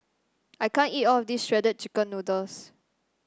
I can't eat all of this Shredded Chicken Noodles